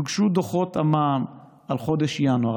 יוגשו דוחות המע"מ על חודש ינואר,